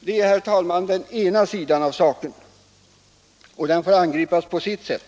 Detta är den ena sidan av saken, och där får problemen angripas på sitt sätt.